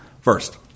First